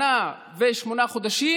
שנה ושמונה חודשים,